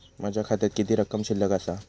माझ्या खात्यात किती रक्कम शिल्लक आसा?